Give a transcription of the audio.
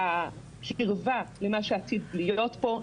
והקרבה למה שעתיד להיות פה,